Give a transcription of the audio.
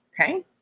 Okay